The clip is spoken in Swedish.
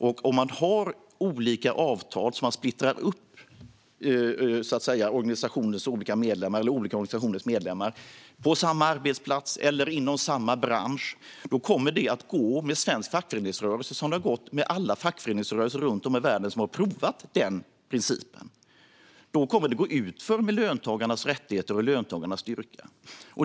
Om man har olika avtal så att man splittrar upp olika organisationers medlemmar på samma arbetsplats eller inom samma bransch kommer det att gå med svensk fackföreningsrörelse som det gått med alla fackföreningsrörelser runt om i världen som har provat den principen. Då kommer det att gå utför med löntagarnas rättigheter och löntagarnas styrka. Fru talman!